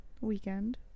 weekend